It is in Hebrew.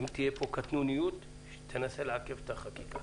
אם תהיה פה קטנוניות שתנסה לעכב את החקיקה.